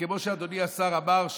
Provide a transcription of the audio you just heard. וכמו שאדוני השר אמר,